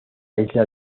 isla